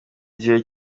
gihe